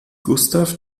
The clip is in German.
gustav